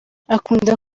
akunda